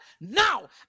now